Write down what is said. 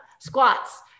squats